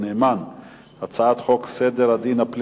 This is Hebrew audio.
אני קובע שהצעת חוק בתי-המשפט (תיקון מס' 60)